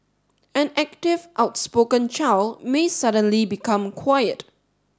an active outspoken child may suddenly become quiet